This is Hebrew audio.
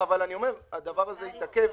אבל הדבר הזה התעכב.